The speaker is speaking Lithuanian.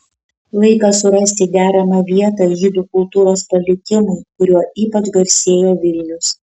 laikas surasti deramą vietą žydų kultūros palikimui kuriuo ypač garsėjo vilnius